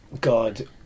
God